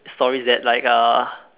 stories that like a